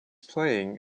playing